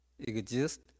exist